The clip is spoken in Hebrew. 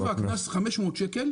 גובה הקנס הוא 500 שקל.